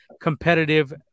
competitive